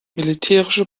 militärische